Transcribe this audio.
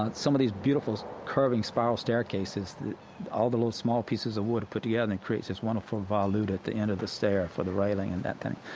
ah some of these beautiful curving spiral staircases all the little, small pieces of wood are put together yeah and and creates this wonderful volute at the end of the stair for the railing and that thing.